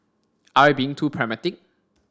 are we being too pragmatic